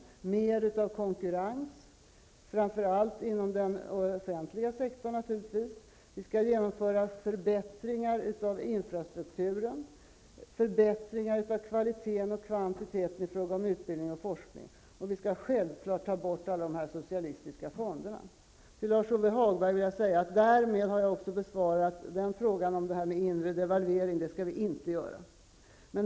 Vi skall införa mer av konkurrens, framför allt inom den offentliga sektorn naturligtvis. Vi skall genomföra förbättringar av infrastrukturen och förbättringar av kvaliteten och kvantiteten i fråga om utbildning och forskning, och vi skall självklart ta bort alla de socialistiska fonderna. Till Lars-Ove Hagberg vill jag säga att därmed har jag också besvarat frågan om inre devalvering. Någon sådan skall vi inte göra.